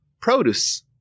produce